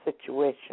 situation